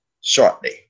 shortly